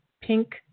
Pink